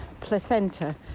placenta